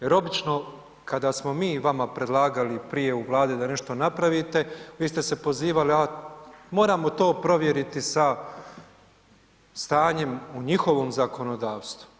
Jer obično kada smo mi vama predlagali prije u Vladi da nešto napravite, vi ste se pozivali, a moramo to provjeriti sa stanjem u njihovom zakonodavstvu.